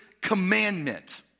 Commandment